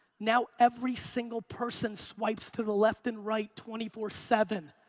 now every single person swipes to the left and right twenty four seven.